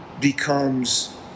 becomes